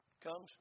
comes